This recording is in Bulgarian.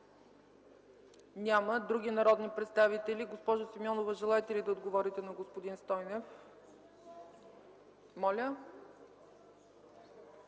Няма. Други народни представители? Госпожо Симеонова, желаете ли да отговорите на господин Стойнев?